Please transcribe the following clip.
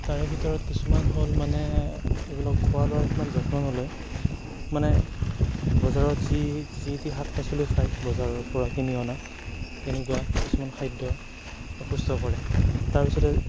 তাৰে ভিতৰত কিছুমান হ'ল মানে এইবিলাক খোৱা লোৱাৰ কিছুমান যত্ন নলয় মানে বজাৰৰ যি যি তি শাক পাচলি খাই বজাৰৰ পৰা কিনি অনা তেনেকুৱা কিছুমান খাদ্যই অসুস্থ কৰে তাৰ পিছতে